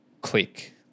click